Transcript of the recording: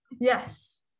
Yes